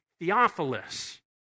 Theophilus